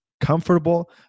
comfortable